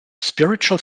spiritual